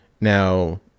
Now